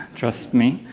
trust me.